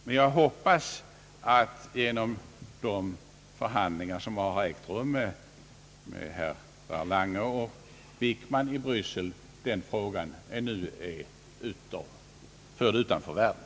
Men jag hoppas att det problemet genom de förhandlingar som ägt rum i Bryssel med herrar Lange och Wickman nu är ur världen.